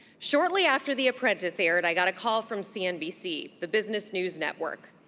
shortly after the apprentice aired, i got a call from cnbc, the business news network.